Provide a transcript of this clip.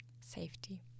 Safety